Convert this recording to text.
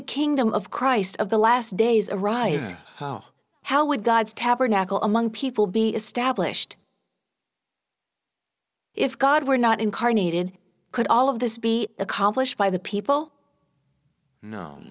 the kingdom of christ of the last days arise how would god's tabernacle among people be established if god were not incarnated could all of this be accomplished by the people no